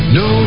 no